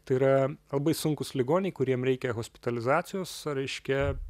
tai yra labai sunkūs ligoniai kuriem reikia hospitalizacijos reiškia